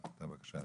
אנחנו